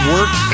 Work